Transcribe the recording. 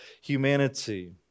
humanity